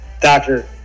Doctor